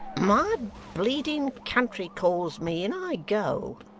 my bleeding country calls me and i go!